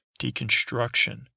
deconstruction